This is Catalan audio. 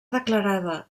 declarada